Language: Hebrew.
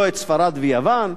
לא את ספרד ויוון,